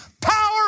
power